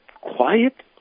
quiet